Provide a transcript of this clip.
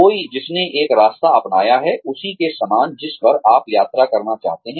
कोई जिसने एक रास्ता अपनाया है उसी के समान जिस पर आप यात्रा करना चाहते हैं